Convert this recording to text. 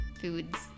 foods